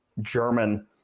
German